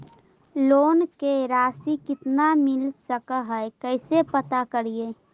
Loan के रासि कितना मिल सक है कैसे पता करी?